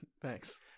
Thanks